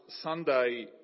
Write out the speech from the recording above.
Sunday